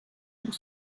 pour